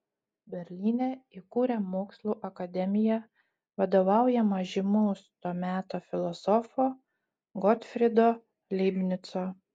berlyne įkūrė mokslų akademiją vadovaujamą žymaus to meto filosofo gotfrydo leibnico